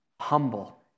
humble